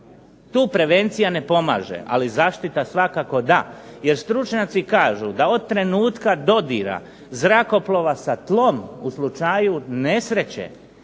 Tu prevencija ne pomaže, ali zaštita svakako da. jer stručnjaci kažu da od trenutka dodira zrakoplova sa tlom u slučaju nesreće